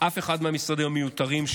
אף אחד מהמשרדים המיותרים,